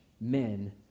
men